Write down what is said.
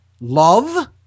love